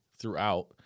throughout